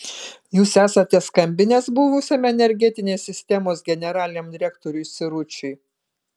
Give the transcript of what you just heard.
jūs esate skambinęs buvusiam energetinės sistemos generaliniam direktoriui siručiui